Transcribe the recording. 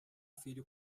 filho